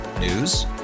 News